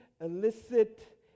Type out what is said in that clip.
illicit